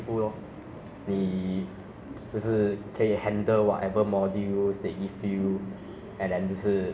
你就不用怕 mah 就是 the skills you have ready [what] you don't need to scared that you need to go and re-skills right